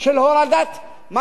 הורדת מס